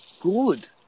good